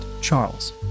Charles